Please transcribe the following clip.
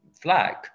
flag